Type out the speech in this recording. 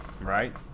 Right